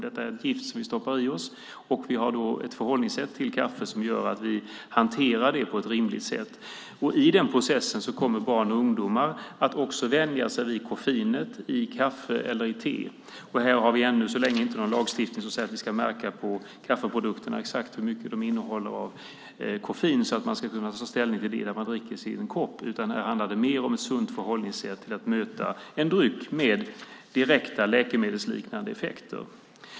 Detta är ett gift som vi stoppar i oss. Vi har ett förhållningssätt till kaffe som gör att vi hanterar det på ett rimligt sätt. I den processen kommer barn och ungdomar att också vänja sig vid koffeinet i kaffe eller i te. Här har vi ännu så länge inte någon lagstiftning som säger att vi ska märka kaffeprodukterna med exakt hur mycket de innehåller av koffein så att man ska kunna ta ställning till det när man dricker sin kopp. Här handlar det mer om ett sunt förhållningssätt till en dryck med direkta läkemedelsliknande effekter.